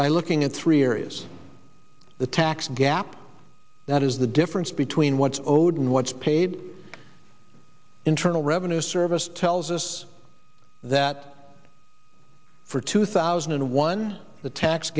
by looking at three areas the tax gap that is the difference between what's owed and what's paid internal revenue service tells us that for two thousand and one the tax